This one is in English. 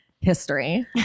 history